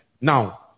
Now